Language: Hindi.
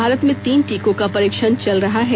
भारत में तीन टीकों का परीक्षण चल रहा है